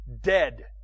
dead